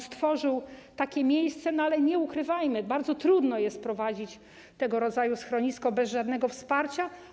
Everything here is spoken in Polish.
Stworzył on takie miejsce, ale nie ukrywajmy, bardzo trudno jest prowadzić tego rodzaju schronisko bez żadnego wsparcia.